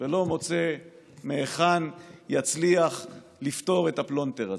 ולא מוצא מהיכן יצליח לפתור את הפלונטר הזה.